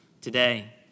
today